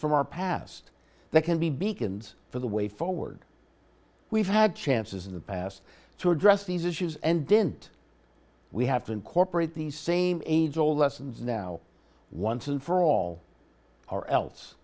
from our past that can be beacons for the way forward we've had chances in the past to address these issues and didn't we have to incorporate these same age old lessons now once and for all or else